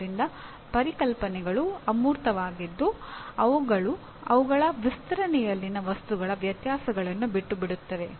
ಆದ್ದರಿಂದ ಪರಿಕಲ್ಪನೆಗಳು ಅಮೂರ್ತವಾಗಿದ್ದು ಅವುಗಳು ಅವುಗಳ ವಿಸ್ತರಣೆಯಲ್ಲಿನ ವಸ್ತುಗಳ ವ್ಯತ್ಯಾಸಗಳನ್ನು ಬಿಟ್ಟುಬಿಡುತ್ತವೆ